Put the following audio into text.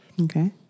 Okay